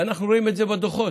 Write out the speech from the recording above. ואנחנו רואים את זה בדוחות.